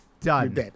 Done